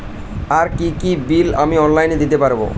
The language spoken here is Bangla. আর কি কি বিল আমি অনলাইনে দিতে পারবো?